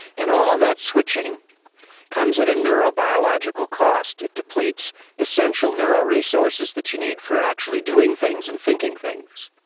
and all of that switching comes at a neurobiological cost. it depletes essential neuro resources that you need for actually doing things and thinking things.